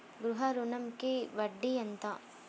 గృహ ఋణంకి వడ్డీ ఎంత?